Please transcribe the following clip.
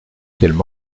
qu’elles